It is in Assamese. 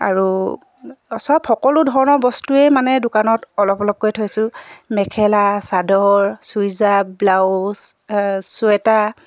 আৰু চব সকলো ধৰণৰ বস্তুৱেই মানে দোকানত অলপ অলপকৈ থৈছোঁ মেখেলা চাদৰ চুইদাৰ ব্লাউজ চুৱেটাৰ